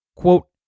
Quote